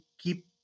keep